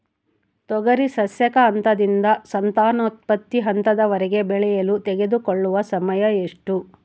ತೊಗರಿ ಸಸ್ಯಕ ಹಂತದಿಂದ ಸಂತಾನೋತ್ಪತ್ತಿ ಹಂತದವರೆಗೆ ಬೆಳೆಯಲು ತೆಗೆದುಕೊಳ್ಳುವ ಸಮಯ ಎಷ್ಟು?